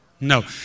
No